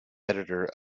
editor